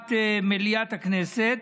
ישיבת מליאת הכנסת,